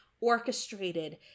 orchestrated